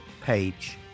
Page